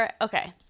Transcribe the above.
Okay